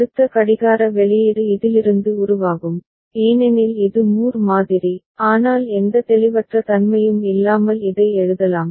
அடுத்த கடிகார வெளியீடு இதிலிருந்து உருவாகும் ஏனெனில் இது மூர் மாதிரி ஆனால் எந்த தெளிவற்ற தன்மையும் இல்லாமல் இதை எழுதலாம்